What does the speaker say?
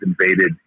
invaded